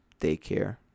daycare